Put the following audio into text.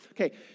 Okay